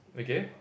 okay